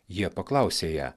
jie paklausė ją